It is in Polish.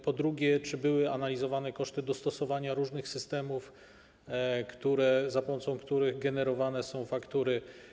Po drugie, czy były analizowane koszty dostosowania różnych systemów, za pomocą których generowane są faktury?